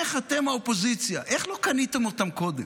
איך אתם, האופוזיציה, לא קניתם אותם קודם?